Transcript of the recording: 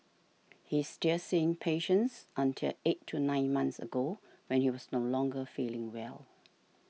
he still seeing patients until eight to nine months ago when he was no longer feeling well